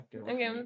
Okay